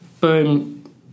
boom